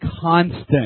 constant